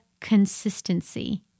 consistency